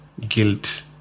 guilt